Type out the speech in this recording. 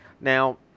Now